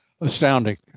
Astounding